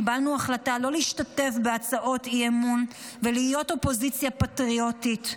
קיבלנו החלטה שלא להשתתף בהצעות האי-אמון ולהיות אופוזיציה פטריוטית.